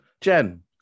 Jen